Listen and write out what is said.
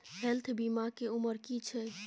Health बीमा के उमर की छै?